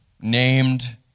named